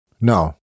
no